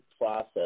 process